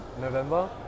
November